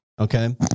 Okay